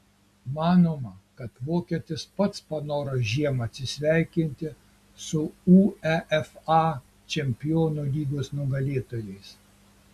manoma kad vokietis pats panoro žiemą atsisveikinti su uefa čempionų lygos nugalėtojais